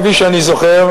כפי שאני זוכר,